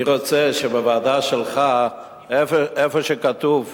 אני רוצה שבוועדה שלך, איפה שכתוב "ערבים",